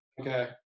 Okay